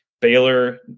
Baylor